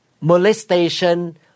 molestation